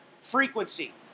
frequency